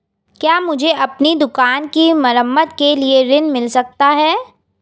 क्या मुझे अपनी दुकान की मरम्मत के लिए ऋण मिल सकता है?